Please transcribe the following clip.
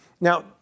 Now